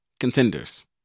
Contenders